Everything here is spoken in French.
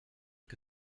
que